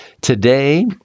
today